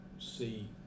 see